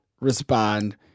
respond